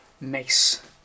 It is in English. Mace